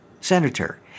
senator